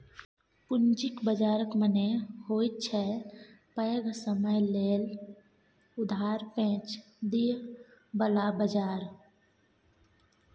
पूंजी बाजारक मने होइत छै पैघ समय लेल उधार पैंच दिअ बला बजार